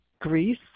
Greece